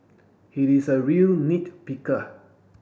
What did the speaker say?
he is a real nit picker